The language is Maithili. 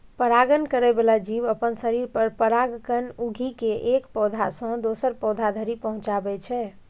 परागण करै बला जीव अपना शरीर पर परागकण उघि के एक पौधा सं दोसर पौधा धरि पहुंचाबै छै